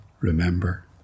remember